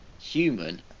Human